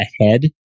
ahead